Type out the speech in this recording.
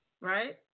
right